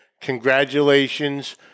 congratulations